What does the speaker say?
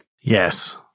Yes